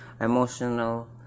emotional